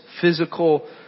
physical